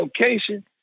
location